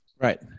right